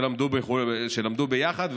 שלמדו ביחד,